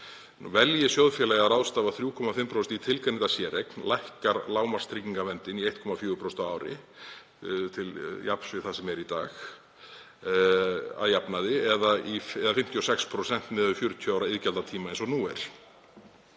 Velji sjóðfélagi að ráðstafa 3,5% í tilgreinda séreign lækkar lágmarkstryggingaverndin í 1,4% á ári, til jafns við það sem er í dag að jafnaði eða 56% miðað við 40 ára iðgjaldatíma eins og nú er.